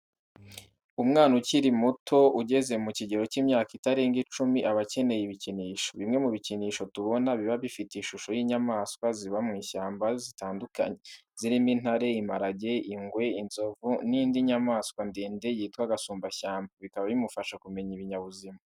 Umwana ukiri muto ugeze mu kigero cy’imyaka itarenga icumi aba akeneye ibikinisho. Bimwe mu bikinisho tubona biba bifite ishusho y’inyamaswa ziba mu ishyamba zitandukanye, zirimo intare, imparage, ingwe, inzovu, n’indi nyamanswa ndende twita agasumbashyamba, bikaba bimufasha kumenya ibinyabuzima.